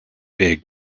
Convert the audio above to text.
big